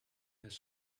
has